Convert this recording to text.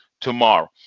tomorrow